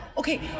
Okay